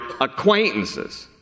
acquaintances